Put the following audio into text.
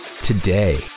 today